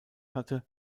hatte